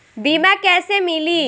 बीमा कैसे मिली?